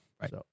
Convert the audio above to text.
Right